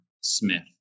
Smith